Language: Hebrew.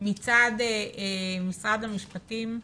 מצד משרד המשפטים,